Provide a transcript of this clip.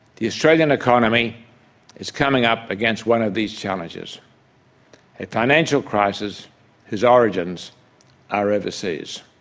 the australian economy is coming up against one of these challenges a financial crisis whose origins are overseas.